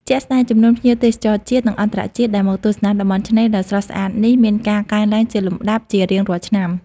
ជាក់ស្តែង ចំនួនភ្ញៀវទេសចរជាតិ និងអន្តរជាតិដែលមកទស្សនាតំបន់ឆ្នេរដ៏ស្រស់ស្អាតនេះ មានការកើនឡើងជាលំដាប់ ជារៀងរាល់ឆ្នាំ។